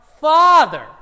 Father